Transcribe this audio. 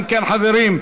אם כן, חברים,